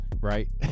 Right